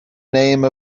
name